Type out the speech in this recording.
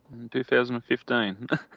2015